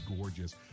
gorgeous